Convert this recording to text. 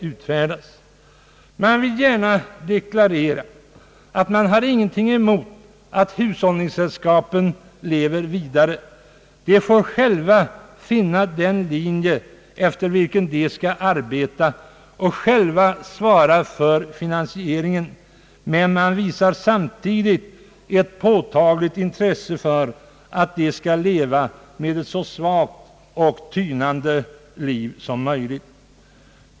Man vill emellertid gärna deklarera att man intet har emot att hushållningssällskapen lever vidare och själva finner den linje efter vilken de skall arbeta och själva svarar för finansieringen. Samtidigt visas ett påtagligt intresse för att de skall leva ett så svagt och tynande liv som möjligt.